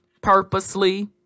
purposely